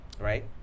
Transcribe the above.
right